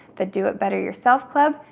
the do it better yourself club,